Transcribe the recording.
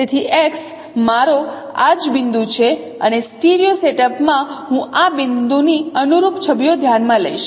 તેથી X મારો આ જ બિંદુ છે અને સ્ટીરિયો સેટઅપ માં હું આ બિંદુની અનુરૂપ છબીઓ ધ્યાનમાં લઈશ